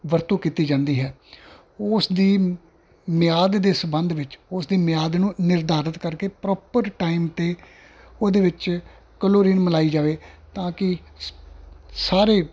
ਵਰਤੋਂ ਕੀਤੀ ਜਾਂਦੀ ਹੈ ਉਸ ਦੀ ਮਿਆਦ ਦੇ ਸਬੰਧ ਵਿੱਚ ਉਸ ਦੇ ਮਿਆਦ ਨੂੰ ਨਿਰਧਾਰਿਤ ਕਰਕੇ ਪ੍ਰੋਪਰ ਟਾਈਮ 'ਤੇ ਉਹਦੇ ਵਿੱਚ ਕਲੋਰੀਨ ਮਿਲਾਈ ਜਾਵੇ ਤਾਂ ਕਿ ਸਾਰੇ